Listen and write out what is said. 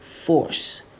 Force